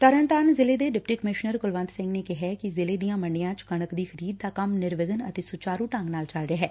ਤਰਨਤਾਰਨ ਜ਼ਿਲੇ ਦੇ deputy commissioner Kulwant Singh ਨੇ ਕਿਹੈ ਕਿ ਜ਼ਿਲੇ ਦੀਆਂ ਮੰਡੀਆਂ ਚ ਕਣਕ ਦੀ ਖਰੀਦ ਦਾ ਕੰਮ ਨਿਰਵਿਘਨ ਅਤੇ ਸਚਾਰ ਢੰਗ ਨਾਲ ਚੱਲ ਰਿਹੈ